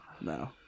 no